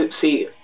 see